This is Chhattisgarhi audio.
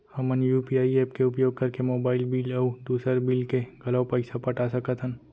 हमन यू.पी.आई एप के उपयोग करके मोबाइल बिल अऊ दुसर बिल के घलो पैसा पटा सकत हन